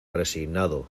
resignado